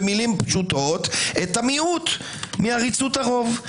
במילים פשוטות את המיעוט מעריצות הרוב.